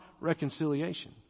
reconciliation